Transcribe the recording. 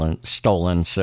stolen